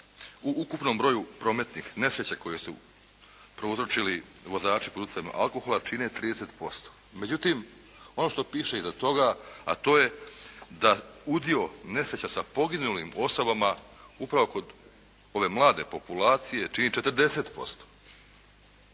u ukupnom broju prometnih nesreća koje su prouzročili vozači pod utjecajem alkohola čini 30%. Međutim, ono što piše iza toga, a to je da udio nesreća sa poginulim osobama upravo kod ove mlade populacije čini 40%.